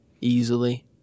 easily